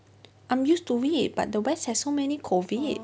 I'm used to it but the west have so many COVID